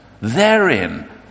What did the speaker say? Therein